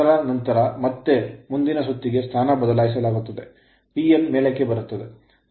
ಅದರ ನಂತರ ಮತ್ತೆ ಮುಂದಿನ ಸುತ್ತಿಗೆ ಸ್ಥಾನ ಬದಲಾಗುತ್ತದೆ p n ಮೇಲಕ್ಕೆ ಬರುತ್ತದೆ